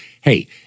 hey